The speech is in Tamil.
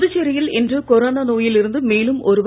புதுச்சேரியில் இன்று கொரோனா நோயில் இருந்து மேலும் ஒருவர்